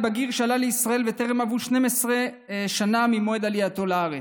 בגיר שעלה לישראל וטרם עברו 12 שנה ממועד עלייתו לארץ.